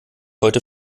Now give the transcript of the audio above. heute